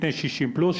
בני 60 פלוס,